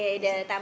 that's why